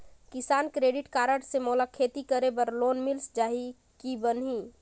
किसान credit card से मोला खेती करे बर लोन मिल जाहि की बनही??